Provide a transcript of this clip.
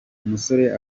umusore